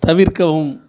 தவிர்க்கவும்